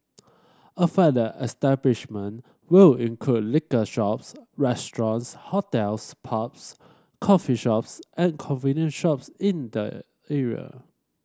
affected establishment will include liquor shops restaurants hotels pubs coffee shops and convenience shops in the area